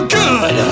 good